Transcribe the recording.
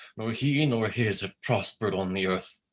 nor he nor his have prospered on the earth.